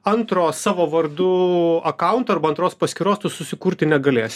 antro savo vardu akaunto arba antros paskyros tu susikurti negalėsi